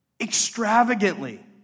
extravagantly